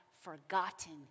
forgotten